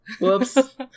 Whoops